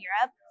Europe